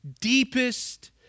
deepest